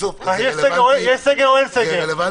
יש סגר או אין סגר?